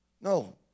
No